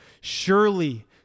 Surely